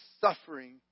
suffering